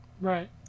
Right